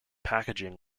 packaging